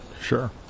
Sure